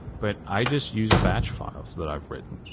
but i just use batch files that i've written.